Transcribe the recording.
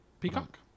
Peacock